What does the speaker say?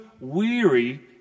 weary